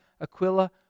Aquila